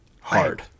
hard